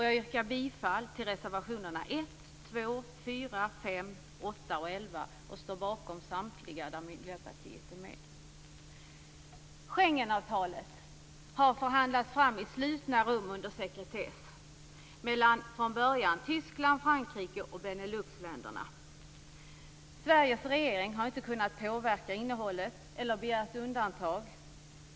Jag yrkar bifall till reservationerna 1, 2, 4, 5, 8, 11 och står bakom samtliga där Miljöpartiet finns med. Schengenavtalet har förhandlats fram i slutna rum under sekretess mellan, från början, Tyskland, Frankrike och Beneluxländerna. Sveriges regering har inte kunnat påverka innehållet eller begära undantag.